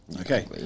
Okay